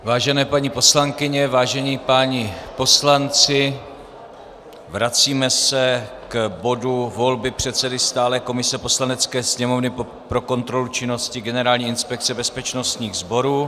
Vážené paní poslankyně, vážení páni poslanci, vracíme se k bodu volby předsedy stálé komise Poslanecké sněmovny pro kontrolu činnosti Generální inspekce bezpečnostních sborů.